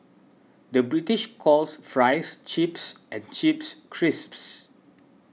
the British calls Fries Chips and Chips Crisps